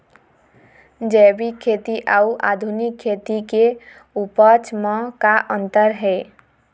जैविक खेती अउ आधुनिक खेती के उपज म का अंतर हे?